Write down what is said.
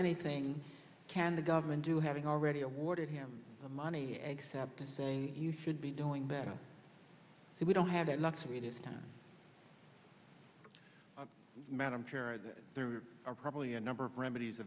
anything can the government do having already awarded him the money except to say you should be doing better so we don't have that luxury this time man i'm sure there are probably a number of remedies